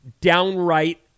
downright